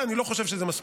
אני חושב שזה לא מספיק,